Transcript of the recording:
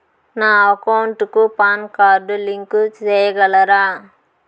నా అకౌంట్ కు PAN card link సేయగలరా?